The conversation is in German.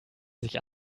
sich